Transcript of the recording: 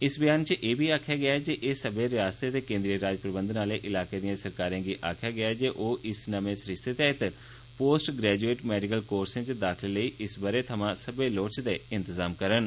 इस बयान च एह् बी आक्खेआ गेआ ऐ जे सब्बे रियासतै ते केंद्रीय राज प्रबंधन आहले इलाके दिए सरकारें गी आक्खेआ गेआ ऐ जे ओह् इस नमें सरिस्ते तैहत पोस्ट ग्रैजुएट मेडिकल कोर्से च दाखिले लेई इस बरे थमां सब्बै लोड़चदे इंतजाम करन